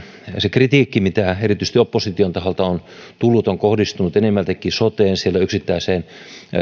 se kritiikki mitä erityisesti opposition taholta on tullut on kohdistunut enemmältikin soteen ja siellä